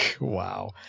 Wow